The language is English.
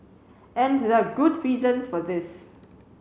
and there are good reasons for this